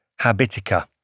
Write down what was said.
Habitica